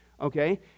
Okay